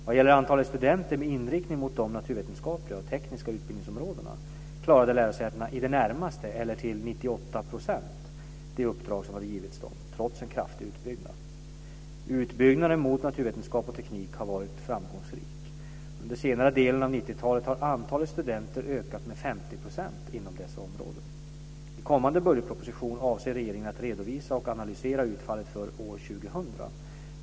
Vad gäller antalet studenter med inriktning mot de naturvetenskapliga och tekniska utbildningsområdena klarade lärosätena i det närmaste, eller till 98 %, det uppdrag som hade givits dem, trots en kraftig utbyggnad. Utbyggnaden mot naturvetenskap och teknik har varit framgångsrik. Under senare delen av 1990-talet har antalet studenter ökat med 50 % inom dessa områden. I kommande budgetproposition avser regeringen att redovisa och analysera utfallet för 2000.